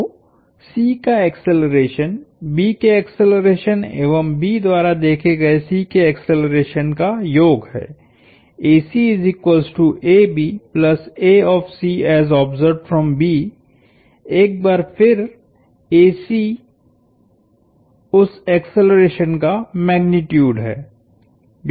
तो C का acceleration B के एक्सेलरेशन एवं B द्वारा देखे गए C के एक्सेलरेशन का योग हैएक बार फिरउस एक्सेलरेशन का मैग्नीट्यूड है